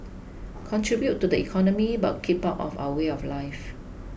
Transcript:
contribute to the economy but keep out of our way of life